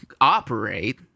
operate